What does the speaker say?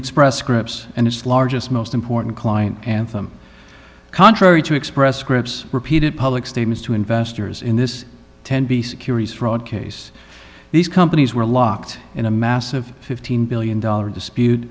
express scripts and its largest most important client anthem contrary to express scripts repeated public statements to investors in this ten b securities fraud case these companies were locked in a massive fifteen billion dollars dispute